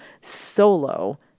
solo